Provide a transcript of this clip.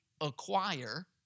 acquire